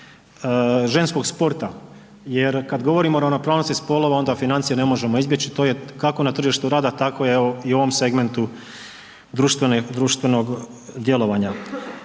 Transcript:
ženskog sporta, jer kada govorimo o ravnopravnosti spolova onda financije ne možemo izbjeći to je kako na tržištu rada tako evo i u ovom segmentu društvenog djelovanja.